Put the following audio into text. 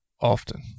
often